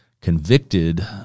convicted